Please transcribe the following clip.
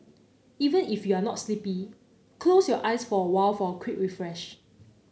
even if you are not sleepy close your eyes for a while for a quick refresh